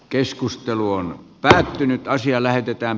keskustelu on päätynyt asia lähetetään